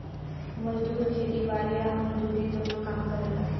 मजदूर खेती बारी आ मजदूरी दुनो काम करेले